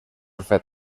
fet